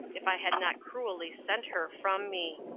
if i had not cruelly sent her from me.